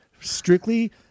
Strictly